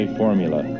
formula